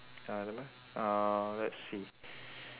ah never mind uh let's see